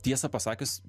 tiesą pasakius